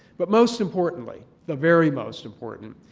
but most importantly, the very most important,